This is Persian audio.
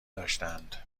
داشتند